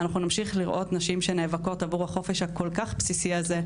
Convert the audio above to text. אנחנו נמשיך לראות נשים שנאבקות עבור החופש הכל-כך בסיסי הזה.